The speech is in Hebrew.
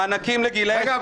מענקים לגילאי --- רגע.